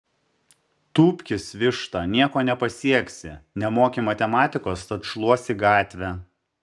tūpkis višta nieko nepasieksi nemoki matematikos tad šluosi gatvę